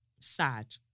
sad